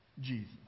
Jesus